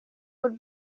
would